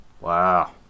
Wow